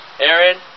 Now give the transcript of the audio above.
Aaron